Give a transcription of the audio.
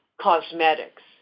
cosmetics